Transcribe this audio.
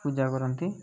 ପୂଜା କରନ୍ତି